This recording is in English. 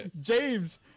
James